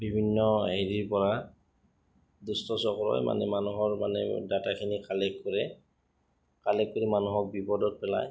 বিভিন্ন হেৰিৰ পৰা দুষ্ট চক্ৰই মানে মানুহৰ মানে ডাটাখিনি কালেক্ট কৰে কালেক্ট কৰি মানুহক বিপদত পেলায়